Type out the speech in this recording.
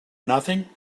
nothing